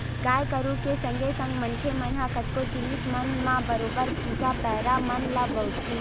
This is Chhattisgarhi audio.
गाय गरुवा के संगे संग मनखे मन ह कतको जिनिस मन म बरोबर भुसा, पैरा मन ल बउरथे